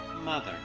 Mother